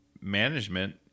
management